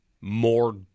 more